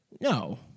No